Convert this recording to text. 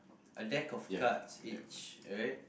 a deck of cards each alright